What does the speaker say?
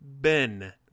ben